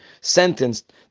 sentenced